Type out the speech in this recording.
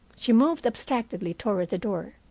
she moved abstractedly toward the door.